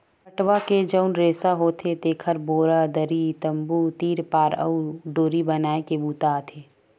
पटवा के जउन रेसा होथे तेखर बोरा, दरी, तम्बू, तिरपार अउ डोरी बनाए के बूता आथे